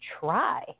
try